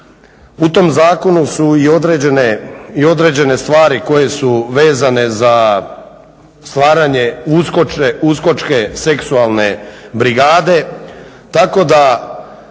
U tom zakonu su i određene stvari koje su vezane za stvaranje USKOK-čke seksualne brigade tako da